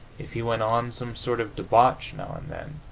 if he went on some sort of debauch now and then.